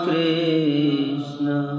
Krishna